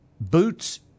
Boots